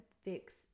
fix